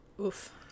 Oof